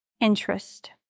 interest